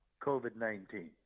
COVID-19